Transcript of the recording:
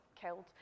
killed